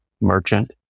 merchant